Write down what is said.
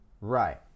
Right